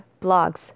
blogs